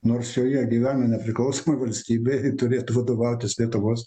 nors joje gyvena nepriklausomoj valstybėj turėtų vadovautis lietuvos